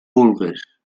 vulgues